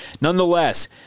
nonetheless